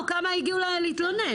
או כמה הגיעו להתלונן?